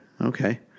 okay